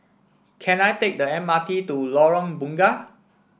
can I take the M R T to Lorong Bunga